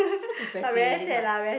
so depressing it is right